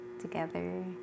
together